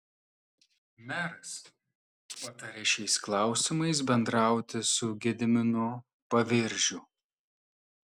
meras patarė šiais klausimais bendrauti su gediminu paviržiu